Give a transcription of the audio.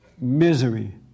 Misery